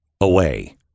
away